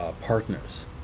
partners